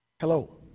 Hello